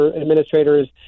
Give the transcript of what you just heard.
administrators